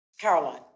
Caroline